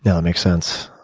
that makes sense.